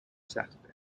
saturday